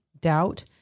doubt